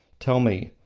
tell me,